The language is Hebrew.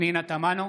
פנינה תמנו,